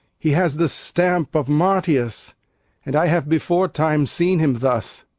he has the stamp of marcius and i have before-time seen him thus.